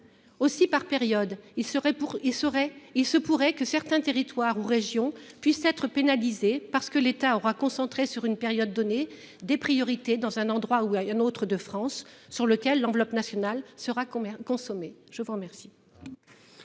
serait pour il. Il se pourrait que certains territoires ou région puissent être pénalisés parce que l'État aura concentré sur une période donnée des priorités dans un endroit ou à un autre de France sur lequel l'enveloppe nationale sera combien consommer. Je vous remercie.